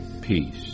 peace